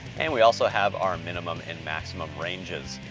and we also have our minimum and maximum ranges.